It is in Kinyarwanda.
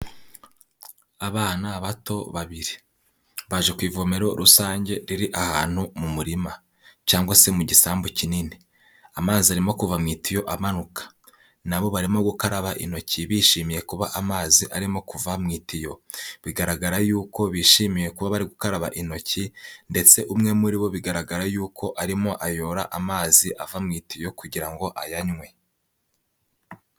Abana bato babiri baje ku ivomero rusange riri ahantu mu murima cyangwa se mu gisambu kinini, amazi arimo kuva mu itiyo amanuka na bo barimo gukaraba intoki bishimiye kuba amazi arimo kuva mu itiyo, bigaragara yuko bishimiye kuba bari gukaraba intoki ndetse umwe muri bo bigaragara yuko arimo ayora amazi ava mu itiyo kugira ngo ayanywe.